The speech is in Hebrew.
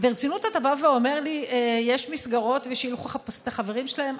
ברצינות אתה בא ואומר לי: יש מסגרות ושילכו לחפש את החברים שלהם?